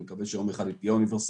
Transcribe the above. אני מקווה שיום אחד היא תהיה אוניברסלית.